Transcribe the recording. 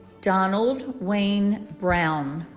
donald wayne brown